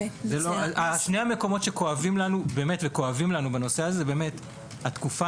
שני המקומות שכואבים לנו באמת בנושא הזה זו התקופה